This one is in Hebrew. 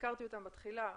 והזכרתי אותם בתחילה.